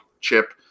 chip